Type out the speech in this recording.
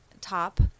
Top